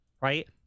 right